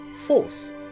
Fourth